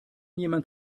jemand